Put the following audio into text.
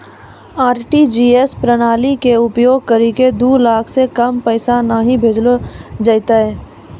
RTGS प्रणाली के उपयोग करि के दो लाख से कम पैसा नहि भेजलो जेथौन